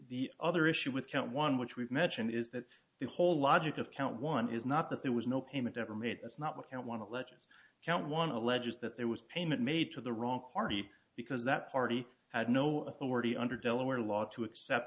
the other issue with count one which we've mentioned is that the whole logic of count one is not that there was no payment ever made that's not what count one of legends count one alleges that there was payment made to the wrong party because that party had no authority under delaware law to accept